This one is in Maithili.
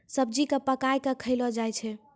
सब्जी क पकाय कॅ खयलो जाय छै